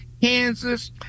kansas